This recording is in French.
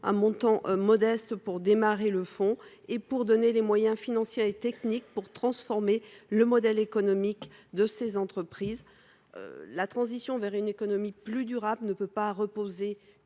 2 millions d’euros, pour démarrer ce fonds et donner les moyens financiers et techniques pour transformer le modèle économique de ces entreprises. La transition vers une économie plus durable ne peut pas reposer